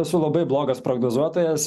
esu labai blogas prognozuotojas